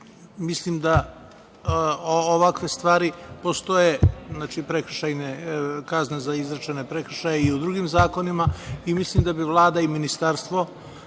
mislim da ovakve stvari postoje, prekršajne kazne za izrečene prekršaje i u drugim zakonima i mislim da bi Vlada i Ministarstvo